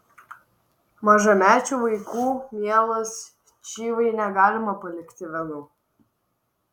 mažamečių vaikų mielas čyvai negalima palikti vienų